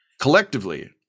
Collectively